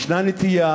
יש נטייה,